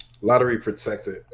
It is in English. Lottery-protected